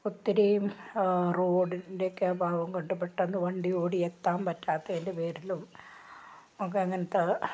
ഒത്തിരി റോഡിൻ്റെയൊക്കെ അഭാവംകൊണ്ട് പെട്ടെന്ന് വണ്ടി ഓടി എത്താൻ പറ്റാത്തതിൻ്റെ പേരിലും ഒക്കെ അങ്ങനത്തെ